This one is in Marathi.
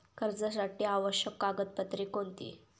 कर्जासाठी आवश्यक कागदपत्रे कोणती?